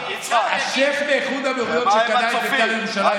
השייח' מאיחוד האמירויות שקנה את בית"ר ירושלים,